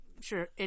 Sure